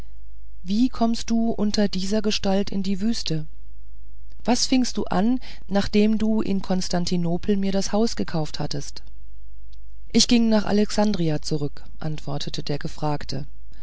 wie kommst du unter dieser gestalt in die wüste was fingst du an nachdem du in konstantinopel mir das haus gekauft hattest ich ging nach alexandria zurück antwortete der gefragte